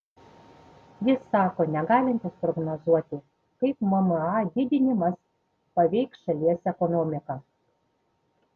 jis sako negalintis prognozuoti kaip mma didinimas paveiks šalies ekonomiką